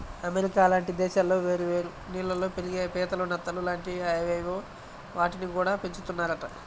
America లాంటి దేశాల్లో వేరే వేరే నీళ్ళల్లో పెరిగే పీతలు, నత్తలు లాంటి అవేవో వాటిని గూడా పెంచుతున్నారంట